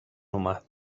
اومد